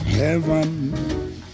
Heaven